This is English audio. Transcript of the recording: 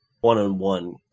one-on-one